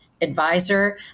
Advisor